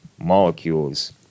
molecules